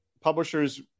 publishers